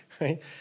Right